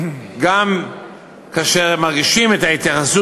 והם גם מרגישים את ההתייחסות,